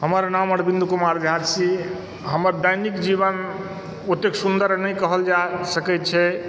हमर नाम अरविन्द कुमार झा छी हमर दैनिक जीवन ओतेक सुन्दर नहि कहल जा सकैत छै